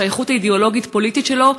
השייכות האידיאולוגית-פוליטית שלו,